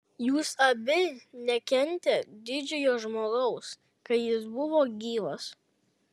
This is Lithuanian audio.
jūs abi nekentėt didžiojo žmogaus kai jis buvo gyvas